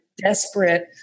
desperate